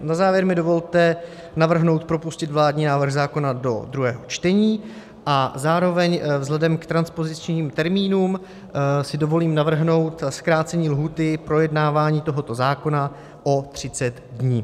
Na závěr mi dovolte navrhnout propustit vládní návrh zákona do druhého čtení a zároveň vzhledem k transpozičním termínům si dovolím navrhnout zkrácení lhůty k projednávání tohoto zákona o 30 dnů.